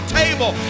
table